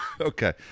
Okay